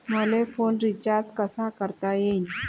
मले phone recharge कसा करता येईन?